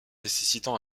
nécessitant